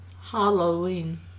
Halloween